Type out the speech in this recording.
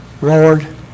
Lord